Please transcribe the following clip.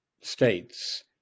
states